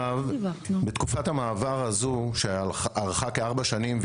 בתקופת המעבר הזו שארכה כארבע שנים,